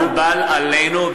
מקובל עלינו,